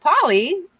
Polly